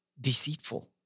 deceitful